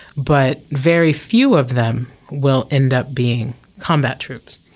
but very few of them will end up being combat troops.